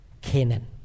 Canaan